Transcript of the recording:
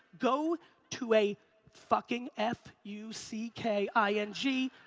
go to a fucking, f u c k i n g,